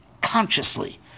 consciously